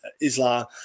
Islam